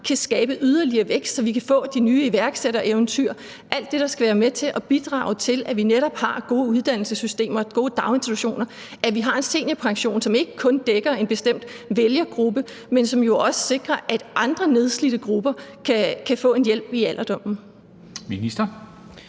kan skabe yderligere vækst, så vi kan få de nye iværksættereventyr, alt det, der skal være med til at bidrage til, at vi netop har gode uddannelsessystemer og gode daginstitutioner, og at vi har en seniorpension, som ikke kun dækker en bestemt vælgergruppe, men som jo også sikrer, at andre nedslidte grupper kan få en hjælp i alderdommen. Kl.